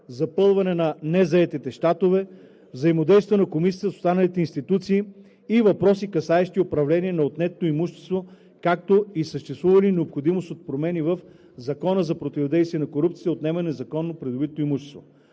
запълване на незаетите щатове, взаимодействието на Комисията с останалите институции, въпроси, касаещи управлението на отнетото имущество, както и съществува ли необходимост от промени в Закона за противодействие на корупцията и за отнемане на незаконно придобитото имущество.